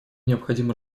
необходимо